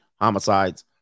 homicides